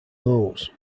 nose